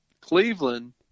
Cleveland